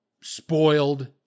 spoiled